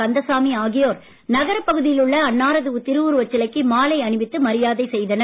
கந்தசாமி ஆகியோர் நகரப் பகுதியில் உள்ள அன்னாரது திருவுருவச் சிலைக்கு மாலை அணிவித்து மரியாதை செய்தனர்